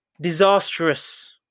disastrous